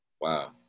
Wow